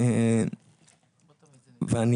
ואני